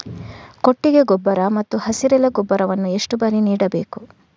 ಕೊಟ್ಟಿಗೆ ಗೊಬ್ಬರ ಮತ್ತು ಹಸಿರೆಲೆ ಗೊಬ್ಬರವನ್ನು ಎಷ್ಟು ಬಾರಿ ನೀಡಬೇಕು?